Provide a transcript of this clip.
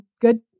good